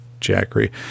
Jackery